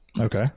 okay